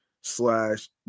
slash